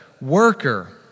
worker